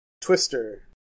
twister